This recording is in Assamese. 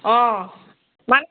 অ'